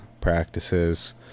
practices